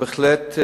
בהחלט,